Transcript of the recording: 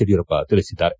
ಯಡಿಯೂರಪ್ಪ ತಿಳಿಸಿದ್ದಾರೆ